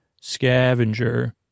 Scavenger